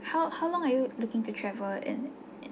how how long are you looking to travel in in